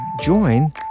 join